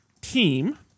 team